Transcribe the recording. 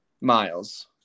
Miles